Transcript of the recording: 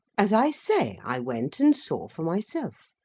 as i say, i went and saw for myself.